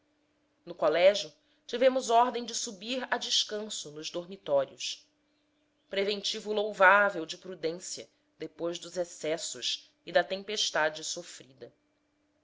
no colégio tivemos ordem de subir a descanso nos dormitórios preventivo louvável de prudência depois dos excessos e da tempestade sofrida